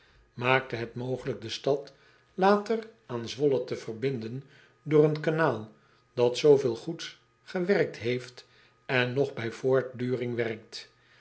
het mogelijk de stad later aan wolle te verbinden door een kanaal dat zooveel goeds gewerkt heeft en nog bij voortduring werkt